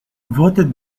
voted